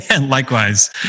Likewise